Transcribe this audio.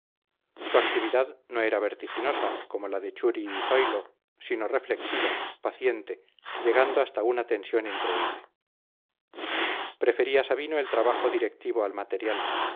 su actividad no era vertiginosa como la de churi y zoilo sino reflexiva paciente llegando hasta una tensión increíble prefería sabino el trabajo directivo al material